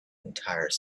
entire